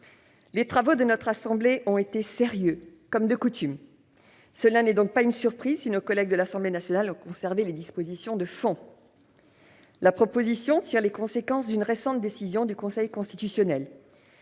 Les travaux de notre assemblée ont été sérieux, comme de coutume. Ce n'est donc pas une surprise si nos collègues de l'Assemblée nationale ont conservé les dispositions de fond de ce texte. La proposition de loi tire les conséquences d'une récente décision du Conseil constitutionnel.